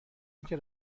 اینکه